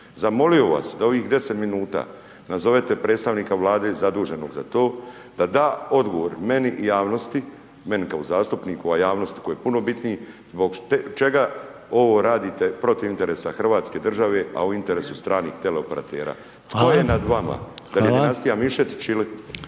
Zamolio vas da u ovih 10 minuta nazovete predstavnika Vlade zaduženog za to da da odgovor meni i javnosti, meni kao zastupniku, a javnosti koji je puno bitniji, zbog čega ovo radite protiv interesa hrvatske države, a u interesu stranih teleoperatera…/Upadica: Hvala/…Tko je nad vama? Il je Dinastija Mišetić ili?